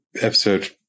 episode